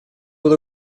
под